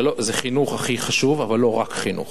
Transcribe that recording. חינוך הכי חשוב אבל לא רק חינוך.